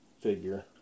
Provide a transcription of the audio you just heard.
figure